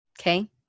Okay